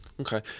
okay